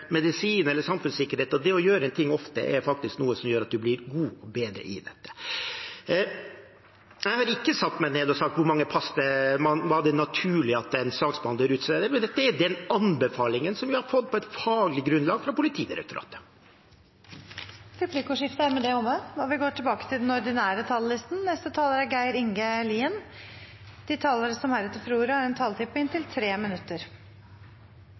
medisin eller samfunnssikkerhet, at det å gjøre en ting ofte faktisk er noe som gjør at man blir god, og bedre, i dette. Jeg har ikke satt meg ned og sagt hvor mange pass det er naturlig at en saksbehandler utsteder, men dette er anbefalingen vi har fått på faglig grunnlag fra Politidirektoratet. Replikkordskiftet er omme. De talere som heretter får ordet, har en taletid på inntil 3 minutter.